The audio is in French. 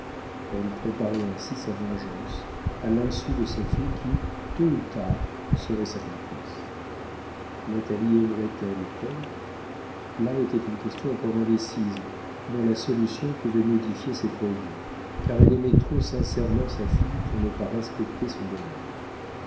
elle préparait ainsi sa vengeance à l'insu de sa fille qui tôt ou tard serait sa complice natalie aimerait elle paul là était une question encore indécise dont la solution pouvait modifier ses projets car elle aimait trop sincèrement sa fille pour ne pas respecter son bonheur